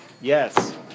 Yes